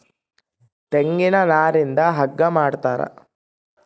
ತೆಂಗಿನ ನಾರಿಂದ ಹಗ್ಗ ಮಾಡ್ತಾರ